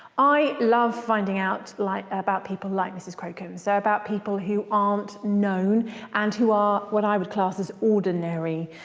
i love finding out like about people like mrs crocombe. so about people who aren't known and who are what i would class as ordinary.